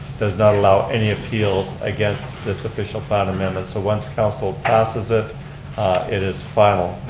does not allow any appeals against this official plan amendment. so once council passes it, it is final.